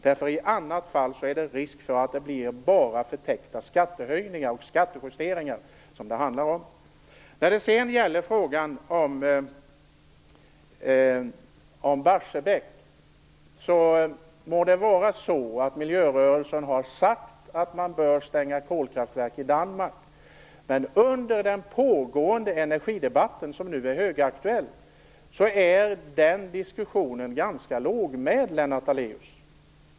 I annat fall är det risk för att det bara blir förtäckta skattehöjningar och skattejusteringar. I frågan om Barsebäck må det vara så att miljörörelsen har sagt att man bör stänga kolkraftverk i Danmark, men under den pågående energidebatten, som nu är högaktuell, är den diskussionen ganska lågmäld, Lennart Daléus.